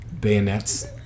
Bayonets